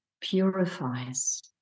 purifies